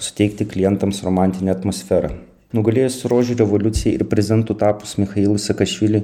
suteikti klientams romantinę atmosferą nugalėjus rožių revoliucijai ir prezidentu tapus michailui sakašviliui